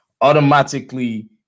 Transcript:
automatically